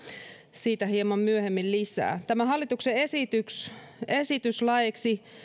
siitä hieman myöhemmin lisää tämä hallituksen esitys esitys laeiksi